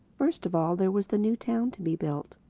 first of all there was the new town to be built.